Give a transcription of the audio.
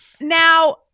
Now